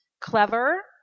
clever